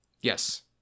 Yes